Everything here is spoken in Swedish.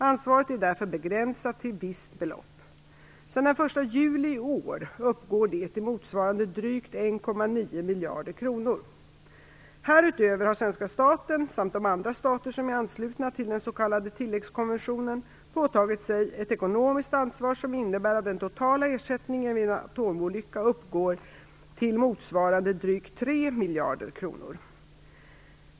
Ansvaret är därför begränsat till visst belopp. Sedan den 1 juli i år uppgår det till motsvarande drygt 1,9 miljarder kronor. Härutöver har den svenska staten samt de andra stater som är anslutna till den s.k. tilläggskonventionen påtagit sig ett ekonomiskt ansvar som innebär att den totala ersättningen vid en atomolycka uppgår till motsvarande drygt 3 miljarder kronor.